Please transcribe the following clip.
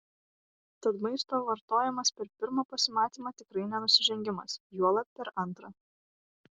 tad maisto vartojimas per pirmą pasimatymą tikrai ne nusižengimas juolab per antrą